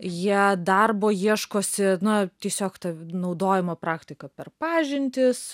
jie darbo ieškosi na tiesiog ta naudojama praktika per pažintis